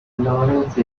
laurence